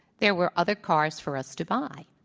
there were other cars for us to buy.